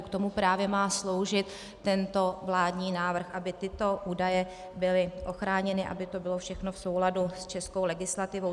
K tomu právě má sloužit tento vládní návrh, aby tyto údaje byly ochráněny, aby to bylo všechno v souladu s českou legislativou.